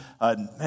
man